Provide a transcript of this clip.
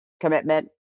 commitment